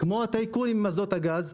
כמו הטייקונים עם אסדות הגז,